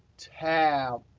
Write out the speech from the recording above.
tab.